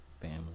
family